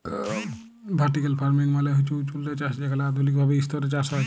vertical farming মালে হছে উঁচুল্লে চাষ যেখালে আধুলিক ভাবে ইসতরে চাষ হ্যয়